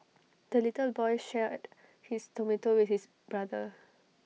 the little boy shared his tomato with his brother